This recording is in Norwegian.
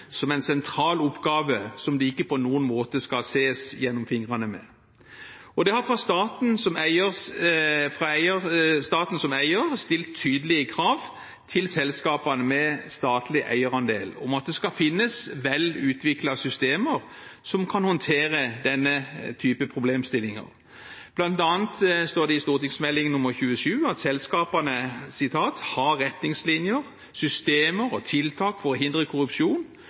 som en sentral oppgave som det ikke på noen måte skal ses gjennom fingrene med. Derfor har staten som eier stilt tydelige krav til selskapene med statlig eierandel om at det skal finnes vel utviklede systemer som kan håndtere denne type problemstillinger. Blant annet står det i Meld. St. 27 at selskapene «har retningslinjer, systemer, og tiltak for å hindre korrupsjon,